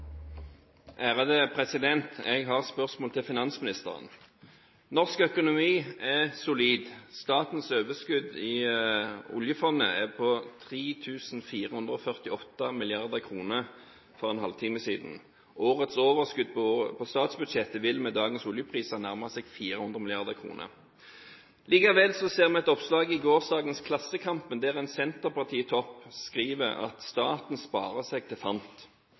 Jeg har spørsmål til finansministeren. Norsk økonomi er solid. Statens overskudd i oljefondet var for en halvtime siden på 3 448 mrd. kr. Årets overskudd på statsbudsjettet vil med dagens oljepriser nærme seg 400 mrd. kr. Likevel så vi i gårsdagens Klassekampen at en senterpartitopp skriver at staten sparer seg til fant.